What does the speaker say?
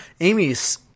Amy's